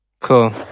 Cool